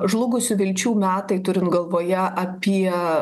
žlugusių vilčių metai turint galvoje apie